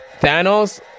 Thanos